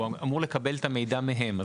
הוא אמור לקבל את המידע מהם.